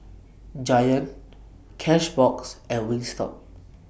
Giant Cashbox and Wingstop